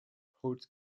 holt